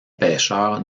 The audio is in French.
pêcheurs